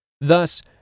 Thus